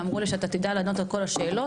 ואמרו לי שאתה תדע לענות על כל השאלות,